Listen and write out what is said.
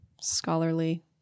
scholarly